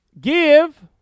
give